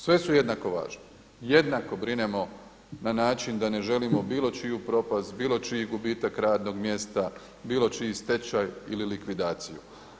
Sve su jednako važne, jednako brinemo na način da ne želimo bilo čiju propast, bilo čiji gubitak radnog mjesta, bilo čiji stečaj ili likvidaciju.